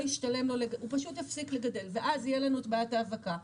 המגדל יפסיק לגדל ותהיה לנו את בעיית האבקה.